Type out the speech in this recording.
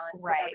Right